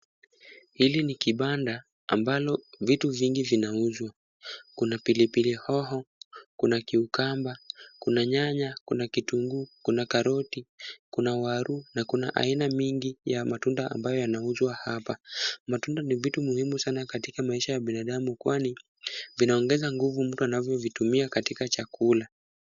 Hili ni kibanda ambalo vitu vingi vinauzwa. Kuna pilipili hoho, kuna cucumber , kuna nyanya, kuna kitunguu, kuna karoti, kuna waru na kuna aina mingi ya matunda ambayo yanauzwa hapa. Matunda ni vitu muhimu sana katika maisha ya binadamu kwani vinaongeza nguvu mtu anavyovitumia katika chakula.